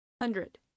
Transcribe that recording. Hundred